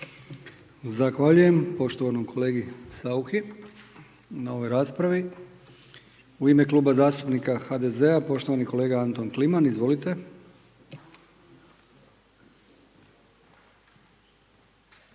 Zahvaljujem poštovanom kolegi Sacuhi na ovoj raspravi. U ime Kluba zastupnika HDZ-a poštovani kolega Anton Kliman, izvolite.